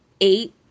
eight